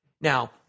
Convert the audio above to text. Now